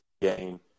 game